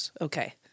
Okay